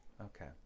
okay